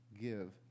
give